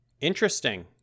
Interesting